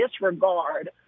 disregard